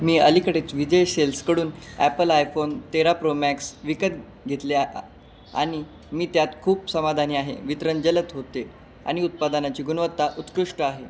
मी अलीकडेच विजय शेल्सकडून Apple iPhone तेरा प्रो मॅक्स विकत घेतले आ आ आणि मी त्यात खूप समाधानी आहे वितरण जलद होते आणि उत्पादनाची गुणवत्ता उत्कृष्ट आहे